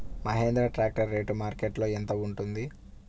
Mahindra tractor rate మార్కెట్లో యెంత ఉంటుంది?